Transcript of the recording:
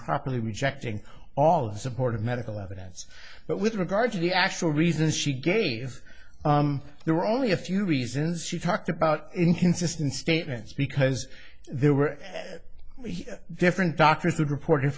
properly rejecting all of supportive medical evidence but with regard to the actual reasons she gave there were only a few reasons she talked about inconsistent statements because there were different doctors that report